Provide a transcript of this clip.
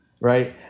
right